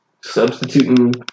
substituting